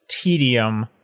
tedium